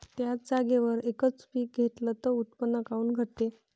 थ्याच जागेवर यकच पीक घेतलं त उत्पन्न काऊन घटते?